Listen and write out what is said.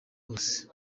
hose